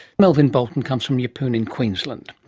melvin bolton comes from yeppoon in queensland.